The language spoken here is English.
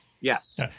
Yes